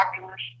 doctors